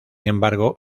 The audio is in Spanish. embargo